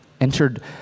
entered